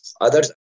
others